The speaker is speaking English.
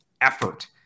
Effort